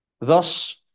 Thus